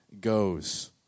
goes